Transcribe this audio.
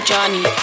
Johnny